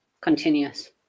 continuous